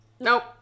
Nope